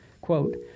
Quote